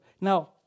Now